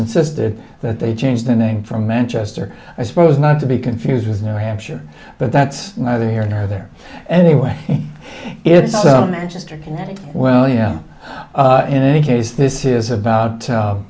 insisted that they change the name from manchester i suppose not to be confused with new hampshire but that's neither here nor there anyway it's manchester connecticut well yeah in any case this is about